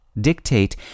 Dictate